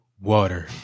water